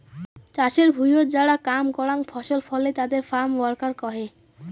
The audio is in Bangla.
চাষের ভুঁইয়ত যারা কাম করাং ফসল ফলে তাদের ফার্ম ওয়ার্কার কহে